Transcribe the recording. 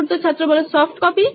চতুর্থ ছাত্র soft copy